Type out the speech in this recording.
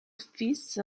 fils